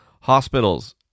hospitals